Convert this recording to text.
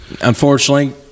Unfortunately